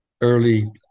Early